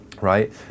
right